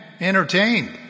entertained